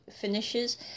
finishes